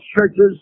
churches